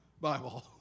Bible